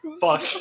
fuck